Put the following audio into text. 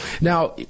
Now